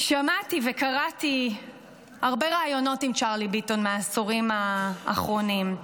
שמעתי וקראתי הרבה ראיונות עם צ'רלי ביטון מהעשורים האחרונים.